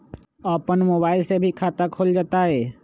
अपन मोबाइल से भी खाता खोल जताईं?